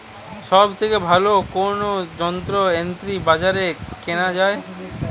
সব থেকে ভালো কোনো যন্ত্র এগ্রি বাজারে কেনা যায়?